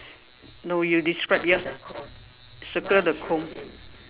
no you describe yours circle the comb